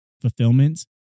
fulfillment